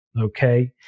okay